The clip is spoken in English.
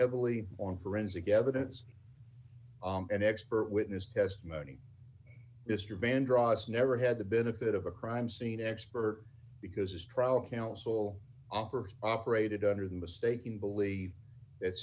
heavily on forensic evidence and expert witness testimony is your vandross never had the benefit of a crime scene expert because his trial counsel offered operated under the mistaken belief that